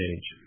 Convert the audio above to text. Age